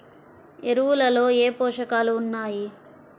ఎరువులలో ఏ పోషకాలు ఉన్నాయి?